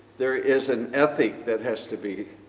there is an ethic that has to be